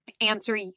answer